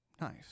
Nice